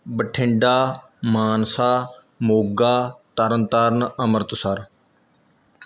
Bathinda Mansa Moga Tarn Taran Amritsar